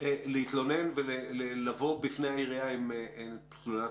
להתלונן ולבוא בפני העירייה עם פניות ציבור.